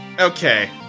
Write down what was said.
Okay